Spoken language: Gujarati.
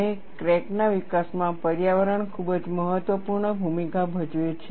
અને ક્રેક ના વિકાસમાં પર્યાવરણ ખૂબ જ મહત્વપૂર્ણ ભૂમિકા ભજવે છે